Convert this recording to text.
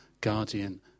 guardian